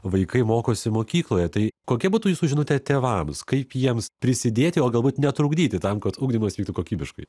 vaikai mokosi mokykloje tai kokia būtų jūsų žinutė tėvams kaip jiems prisidėti o galbūt netrukdyti tam kad ugdymas vyktų kokybiškai